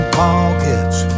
pockets